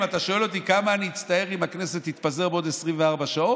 אם אתה שואל אותי כמה אני אצטער אם הכנסת תתפזר בעוד 24 שעות,